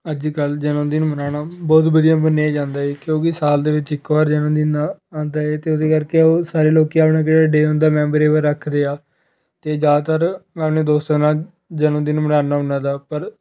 ਅੱਜ ਕੱਲ੍ਹ ਜਨਮ ਦਿਨ ਮਨਾਉਣਾ ਬਹੁਤ ਵਧੀਆ ਮੰਨਿਆਂ ਜਾਂਦਾ ਏ ਕਿਉਂਕਿ ਸਾਲ ਦੇ ਵਿੱਚ ਇੱਕ ਵਾਰ ਜਨਮ ਦਿਨ ਆਉਂਦਾ ਏ ਅਤੇ ਉਹਦੇ ਕਰਕੇ ਉਹ ਸਾਰੇ ਲੋਕ ਆਪਣਾ ਕਿਹੜੇ ਡੇ ਹੁੰਦਾ ਮੈਂਮੋਰੇਬਲ ਰੱਖਦੇ ਆ ਅਤੇ ਜ਼ਿਆਦਾਤਰ ਮੈਂ ਆਪਣੇ ਦੋਸਤਾਂ ਨਾਲ ਜਨਮ ਦਿਨ ਮਨਾਉਣਾ ਹੁੰਦਾ ਤਾ ਪਰ